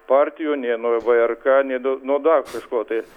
partijų nei nuo vrk nei nuo dar kažko tai